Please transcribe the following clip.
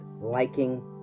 liking